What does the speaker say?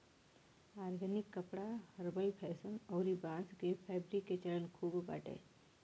organic कपड़ा herbal fashion अउरी बांस के फैब्रिक के चलन खूब बाटे